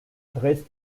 dresde